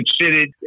considered